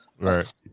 Right